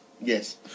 Yes